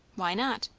why not?